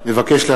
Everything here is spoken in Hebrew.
בבקשה,